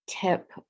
tip